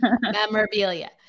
memorabilia